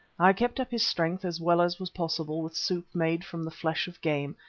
i kept up his strength as well as was possible with soup made from the flesh of game,